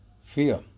fear